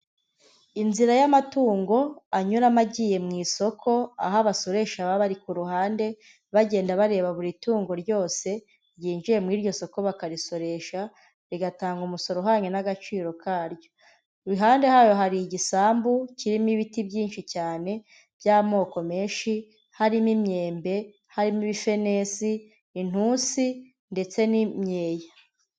Inzira y'amatungo anyuramo agiye mu isoko aho abasoresha baba bari ku ruhande bagenda bareba buri tungo ryose ryinjiye muri iryo soko bakarisoresha rigatanga umusoro uhwanye n'agaciro karyo. Ihande hayo hari igisambu kirimo ibiti byinshi cyane by'amoko menshi harimo imyembe, harimo ibifenesi, intusi ndetse n'imyeya.